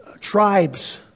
tribes